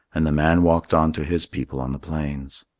and the man walked on to his people on the plains.